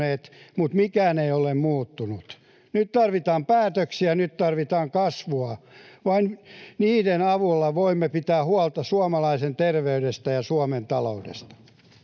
mutta mikään ei ole muuttunut. Nyt tarvitaan päätöksiä, nyt tarvitaan kasvua. Vain niiden avulla voimme pitää huolta suomalaisten terveydestä ja Suomen taloudesta.